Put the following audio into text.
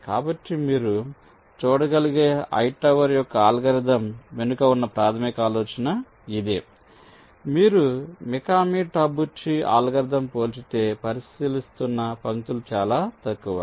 కాబట్టి మీరు చూడగలిగే హైటవర్ యొక్క అల్గోరిథం వెనుక ఉన్న ప్రాథమిక ఆలోచన ఇదే మీరు మికామిటాబుచి అల్గోరిథం పోల్చితే పరిశీలిస్తున్న పంక్తులు చాలా తక్కువ